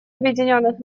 объединенных